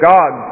God